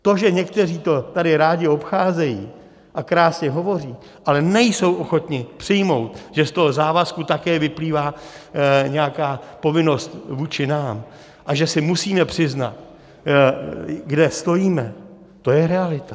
To, že někteří to tady rádi obcházejí a krásně hovoří, ale nejsou ochotni přijmout, že z toho závazku také vyplývá nějaká povinnost vůči nám a že si musíme přiznat, kde stojíme, to je realita.